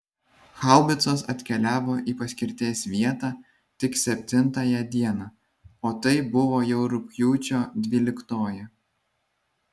haubicos atkeliavo į paskirties vietą tik septintąją dieną o tai buvo jau rugpjūčio dvyliktoji